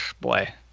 boy